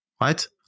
right